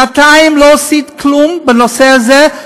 שנתיים לא עשית כלום בנושא הזה.